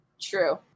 True